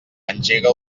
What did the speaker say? engega